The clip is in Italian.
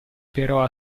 però